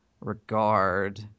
regard